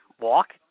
walk